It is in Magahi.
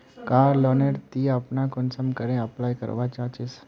कार लोन नेर ती अपना कुंसम करे अप्लाई करवा चाँ चची?